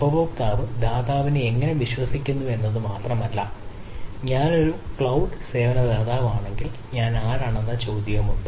ഉപഭോക്താവ് ദാതാവിനെ എങ്ങനെ വിശ്വസിക്കുന്നു എന്നത് മാത്രമല്ല ഞാൻ ഒരു ക്ലൌഡ് സേവന ദാതാവാണെങ്കിൽ ഞാൻ ആരാണെന്ന ചോദ്യമുണ്ട്